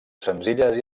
senzilles